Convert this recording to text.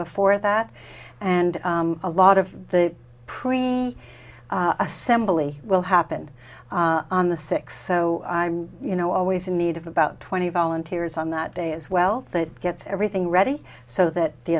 before that and a lot of the pre assembly will happen on the six so i'm you know always in need of about twenty volunteers on that day as well that gets everything ready so that the